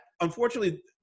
unfortunately